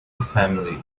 family